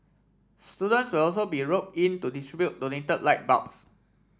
students will also be rop in to distribute donated light bulbs